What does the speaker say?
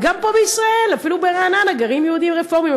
וגם פה בישראל: אפילו ברעננה גרים יהודים רפורמים,